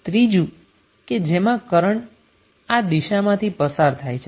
ત્રીજું કે જેમાં કરન્ટ આ દિશામાંથી પસાર થાય છે